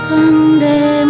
Sunday